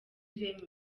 ireme